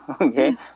Okay